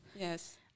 yes